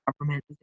government